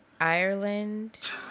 Ireland